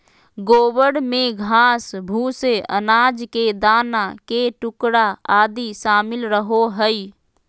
गोबर में घास, भूसे, अनाज के दाना के टुकड़ा आदि शामिल रहो हइ